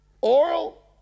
Oral